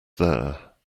there